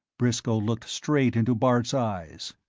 briscoe looked straight into bart's eyes.